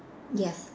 yes